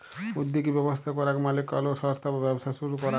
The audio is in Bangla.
উদ্যগী ব্যবস্থা করাক মালে কলো সংস্থা বা ব্যবসা শুরু করাক